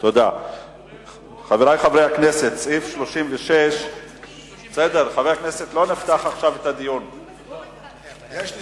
חברי חברי הכנסת, לא נפתח עכשיו את הדיון.